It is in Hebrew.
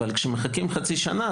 אבל כשמחכים חצי שנה,